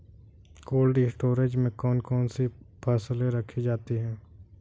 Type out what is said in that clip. Cold storage में कौन कौन सी फसलें रखी जाती हैं?